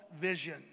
vision